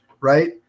right